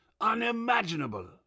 Unimaginable